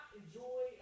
enjoy